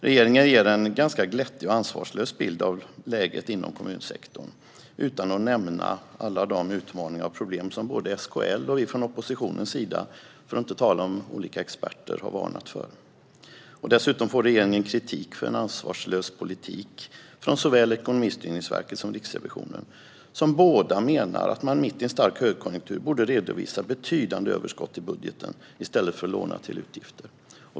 Regeringen ger en ganska glättig och ansvarslös bild av läget inom kommunsektorn utan att nämna alla de utmaningar och problem som SKL och vi i oppositionen, för att inte tala om olika experter, har varnat för. Dessutom får regeringen kritik för ansvarslös politik från såväl Ekonomistyrningsverket som Riksrevisionen, som båda menar att man mitt i en stark högkonjunktur borde redovisa betydande överskott i budgeten i stället för att låna till utgifter.